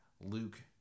Luke